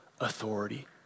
authority